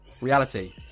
Reality